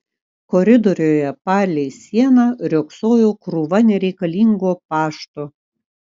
koridoriuje palei sieną riogsojo krūva nereikalingo pašto